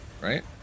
right